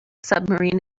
submarine